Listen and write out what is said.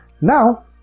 now